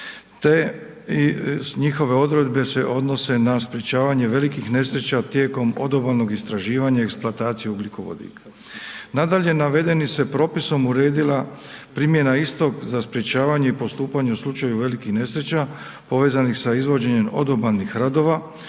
te njihove odredbe se odnose na sprečavanje velikih nesreća tijekom odobalnog istraživanja i eksploatacije ugljikovodika. Nadalje, navedenim se propisom uredila primjena istog za sprječavanje i postupanje u slučaju velikih nesreća povezanih sa izvođenjem odobalnih radova,